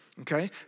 okay